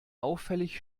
auffällig